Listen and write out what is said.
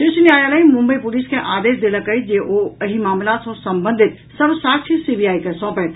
शीर्ष न्यायालय मुंबई पुलिस के आदेश देलक अछि जे ओ एहि मामिला सॅ संबंधित सभ साक्ष्य सीबीआई के सौंपथि